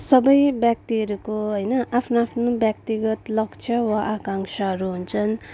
सबै व्यक्तिहरूको होइन आफ्नो आफ्नो व्यक्तिगत लक्ष्य वा आकाङ्क्षाहरू हुन्छन्